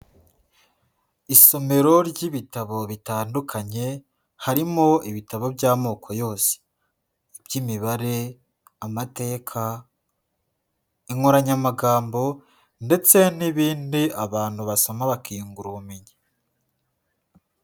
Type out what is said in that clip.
Isomero ry'ibitabo bitandukanye harimo ibitabo by'amoko yose, iby'imibare, amateka, inkoranyamagambo ndetse n'ibindi abantu basoma bakiyungura ubumenyi.